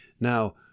now